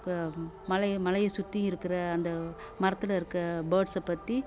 மலை மலையை சுற்றி இருக்கிற அந்த மரத்தில் இருக்க பேர்ட்ஸை பற்றி